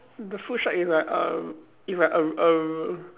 the food shack is like uh it's like err err